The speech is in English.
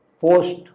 post